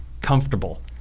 comfortable